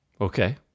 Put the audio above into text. Okay